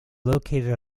located